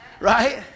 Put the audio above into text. right